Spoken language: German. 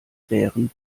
bären